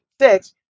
six